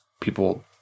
People